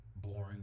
boring